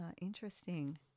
interesting